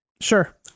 Sure